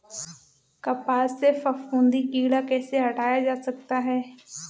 कपास से फफूंदी कीड़ा कैसे हटाया जा सकता है?